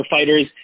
fighters